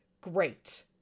great